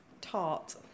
tart